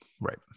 right